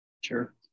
Sure